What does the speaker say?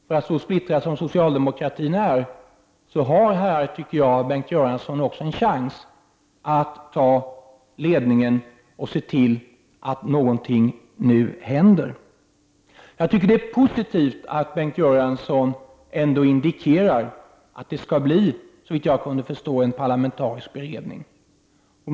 Med tanke på att socialdemokratin är så pass splittrad som den är, har Bengt Göransson också här en chans att ta ledningen och se till att någonting nu händer. Det är positivt att Bengt Göransson ändå indikerar att det, såvitt jag kunde förstå, skall tillsättas en parlamentarisk beredning.